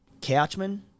Couchman